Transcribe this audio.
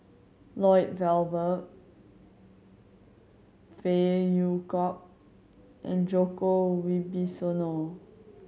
Lloyd Valberg Phey Yew Kok and Djoko Wibisono